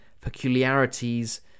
peculiarities